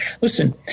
Listen